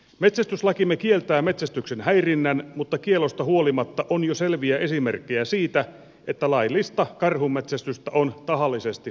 metsästyslakimme kieltää metsästyksen häirinnän mutta kiellosta huolimatta on jo selviä esimerkkejä siitä että laillista karhunmetsästystä on tahallisesti häiritty